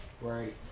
Right